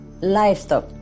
Livestock